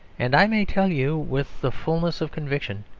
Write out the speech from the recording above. and i may tell you, with the fulness of conviction,